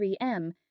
3M